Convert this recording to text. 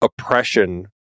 oppression